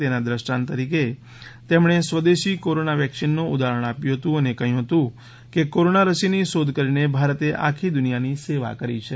તેના દ્રષ્ટાંત તરીકે તેમણે સ્વદેશી કોરોના વેક્સિનનું ઉદાહરણ આપ્યું હતું અને કહ્યું હતું કે કોરોના રસીની શોધ કરીને ભારતે આખી દુનિયાની સેવા કરી છે